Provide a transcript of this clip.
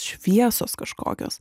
šviesos kažkokios